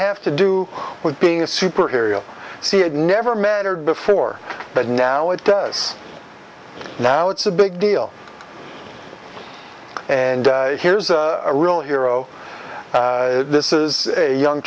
have to do with being a superhero see it never mattered before but now it does now it's a big deal and here's a real hero this is a young